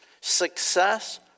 Success